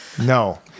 No